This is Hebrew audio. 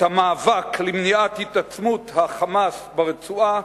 את המאבק למניעת התעצמות ה"חמאס" ברצועה,